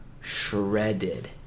shredded